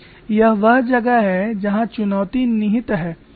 यह वह जगह है जहाँ चुनौती निहित है